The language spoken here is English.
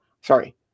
sorry